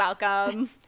welcome